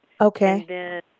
Okay